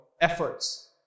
efforts